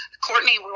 Courtney